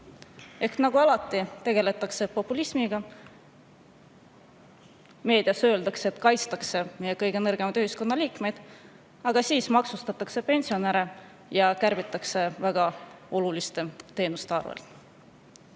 Nagu alati, tegeletakse populismiga. Meedias öeldakse, et kaitstakse kõige nõrgemaid ühiskonnaliikmeid, aga siis maksustatakse pensionäre ja kärbitakse väga oluliste teenuste arvel.